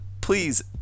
please